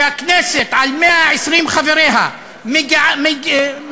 שהכנסת על 120 חבריה מגנה,